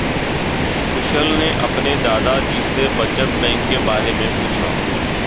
कुशल ने अपने दादा जी से बचत बैंक के बारे में पूछा